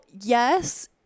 yes